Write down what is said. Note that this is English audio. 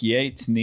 Yates